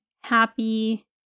happy